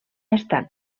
estat